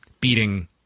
beating